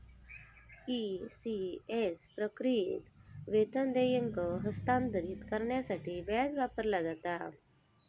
ECS प्रक्रियेत, वेतन देयके हस्तांतरित करण्यासाठी व्याज वापरला जाता